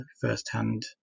firsthand